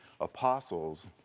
apostles